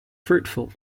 fruitful